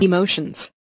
Emotions